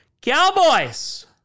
Cowboys